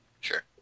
Sure